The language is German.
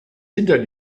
hinter